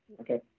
Okay